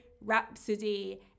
Rhapsody